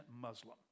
Muslim